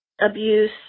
abuse